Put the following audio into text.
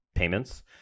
Payments